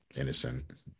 innocent